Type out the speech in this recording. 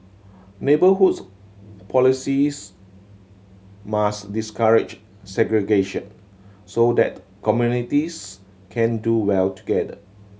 neighbourhoods policies must discourage segregation so that communities can do well together